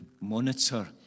monitor